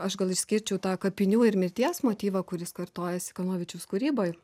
aš gal išskirčiau tą kapinių ir mirties motyvą kuris kartojasi kanovičius kūryboj